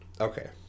Okay